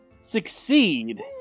succeed